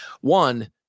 One